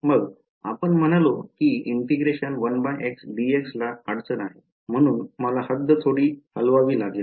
मग आपण म्हणालो की ला अडचण आहे म्हणून मला हद्द थोडी हलवावी लागेल